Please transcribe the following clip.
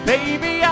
Baby